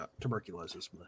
tuberculosis